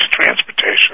transportation